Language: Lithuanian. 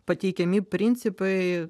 pateikiami principai